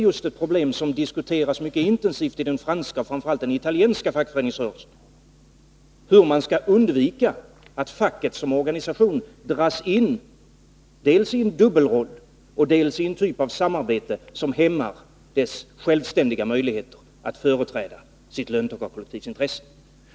Ett problem som diskuteras mycket intensivt i den franska, och framför allt i den italienska, fackföreningsrörelsen är hur man skall undvika att facket som organisation dras in dels i en dubbelroll, delsi en typ av samarbete som hämmar dess självständiga möjligheter att företräda sitt löntagarpolitiksintresse.